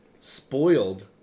spoiled